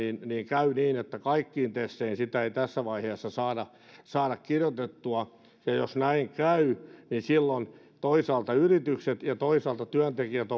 käydä niin että kaikkiin teseihin sitä ei tässä vaiheessa saada saada kirjoitettua ja jos näin käy niin silloin toisaalta yritykset ja toisaalta työntekijät